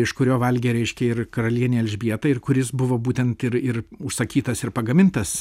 iš kurio valgė reiškia ir karalienė elžbieta ir kuris buvo būtent ir ir užsakytas ir pagamintas